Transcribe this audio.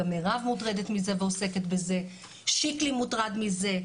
גם מירב מוטרדת מזה ועוסקת זה, שיקלי מוטרד מזה.